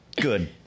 good